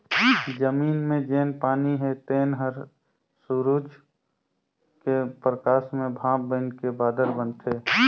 जमीन मे जेन पानी हे तेन हर सुरूज के परकास मे भांप बइनके बादर बनाथे